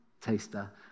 taster